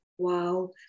wow